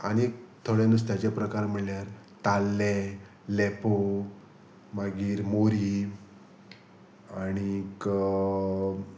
आनीक थोडे नुस्त्याचे प्रकार म्हणल्यार ताल्ले लेपो मागीर मोरी आनीक